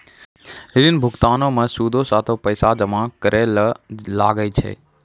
ऋण भुगतानो मे सूदो साथे पैसो जमा करै ल लागै छै